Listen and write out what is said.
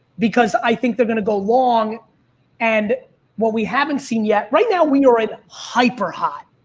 because i think they're going to go long and what we haven't seen yet, right now when you're in hyper hot,